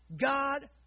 God